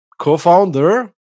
co-founder